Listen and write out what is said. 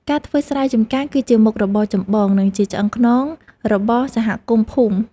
ការធ្វើស្រែចម្ការគឺជាមុខរបរចម្បង និងជាឆ្អឹងខ្នងរបស់សហគមន៍ភូមិ។